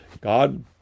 God